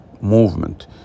movement